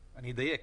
אדייק.